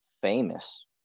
famous